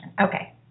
Okay